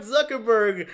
Zuckerberg